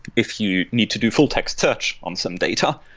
if you need to do full text search on some data,